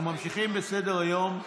אנחנו ממשיכים בסדר-היום,